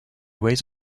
waits